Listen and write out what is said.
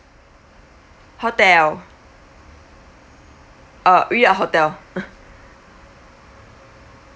hotel uh we are hotel